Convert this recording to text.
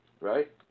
right